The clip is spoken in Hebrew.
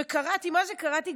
וקראתי, מה זה "קראתי"?